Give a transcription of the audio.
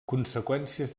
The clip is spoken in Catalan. conseqüències